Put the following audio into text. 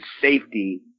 safety